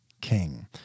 king